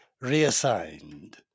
reassigned